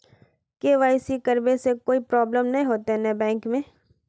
KYC करबे से कोई प्रॉब्लम नय होते न बैंक में?